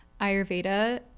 Ayurveda